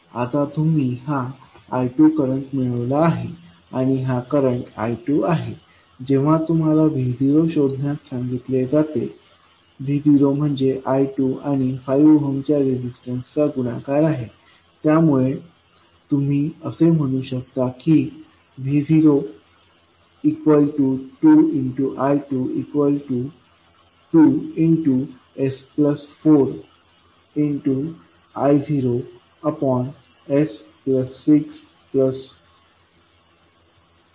आता तुम्ही हा I2 करंट मिळवला आहे आणि हा करंट I2 आहे जेव्हा तुम्हाला V0 शोधण्यास सांगितले जाते V0म्हणजे I2आणि 5 ओहमच्या रेजिस्टन्सचा गुणाकार आहे त्यामुळे तुम्ही असे म्हणू शकता की V02I22s4I0s612sआहे